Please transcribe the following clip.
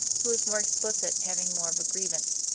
who was more explicit, having more of a grievance.